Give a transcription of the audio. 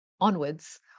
onwards